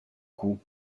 coups